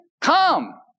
come